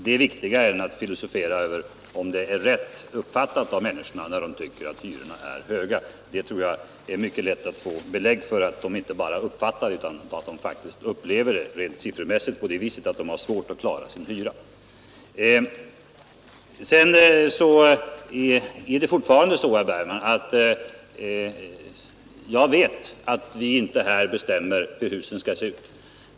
Det är viktigare än att filosofera över om det är rätt uppfattat av konsumenterna när de tycker att hyrorna är höga. Jag tror det skulle vara mycket lätt att få belägg för att många människor har svårt att klara av hyran. Sedan vet jag, herr Bergman, att vi inte här bestämmer hur husen skall se ut.